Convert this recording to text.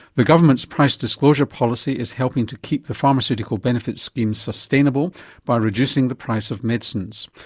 the government's price disclosure policy is helping to keep the pharmaceutical benefits scheme sustainable by reducing the price of medicines.